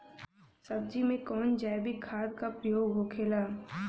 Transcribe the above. सब्जी में कवन जैविक खाद का प्रयोग होखेला?